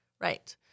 Right